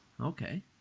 Okay